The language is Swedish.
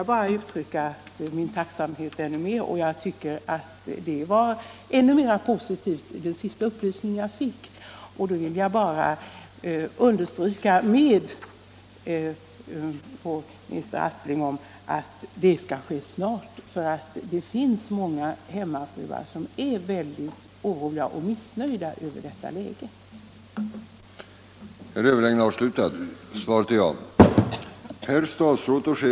Herr talman! Jag tycker att det fanns mera positivt i den sista upplysningen. Jag vill bara understryka för socialminister Aspling att ändringen bör komma snart. Det finns nämligen många hemmafruar som är väldigt oroliga och missnöjda över det läge som nu råder.